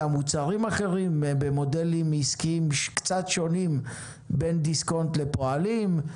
מוצרים אחרים במודלים עסקיים שקצת שונים בין דיסקונט לפועלים.